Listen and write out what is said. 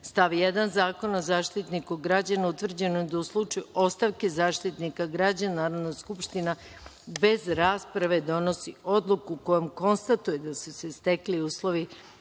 stav 1. Zakona o Zaštitniku građana utvrđeno da, u slučaju ostavke Zaštitnika građana, Narodna skupština bez rasprave donosi odluku kojom konstatuje da su se stekli uslovi